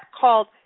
called